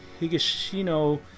Higashino